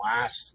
last